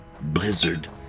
Blizzard